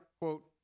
quote